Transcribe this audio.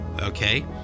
okay